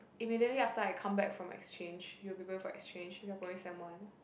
immediately after I come back from exchange you'll be going for exchange sem one